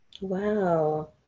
Wow